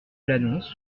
l’annonce